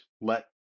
let